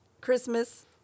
Christmas